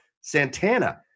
santana